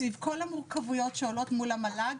סביב כל המורכבויות שעולות מול המל"ג,